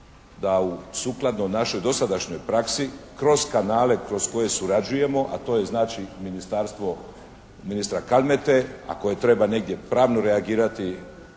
da sukladno našoj dosadašnjoj praksi kroz kanale kroz koje surađuje a to je znači ministarstvo ministra Kalmete, ako treba negdje pravno reagirati